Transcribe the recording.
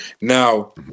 now